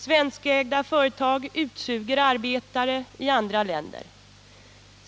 Svenskägda företag utsuger arbetare i andra länder.